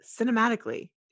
cinematically